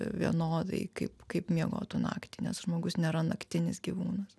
vienodai kaip kaip miegotų naktį nes žmogus nėra naktinis gyvūnas